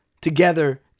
together